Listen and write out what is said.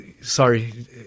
sorry